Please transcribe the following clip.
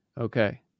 Okay